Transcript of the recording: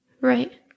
Right